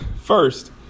first